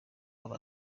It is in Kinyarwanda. aba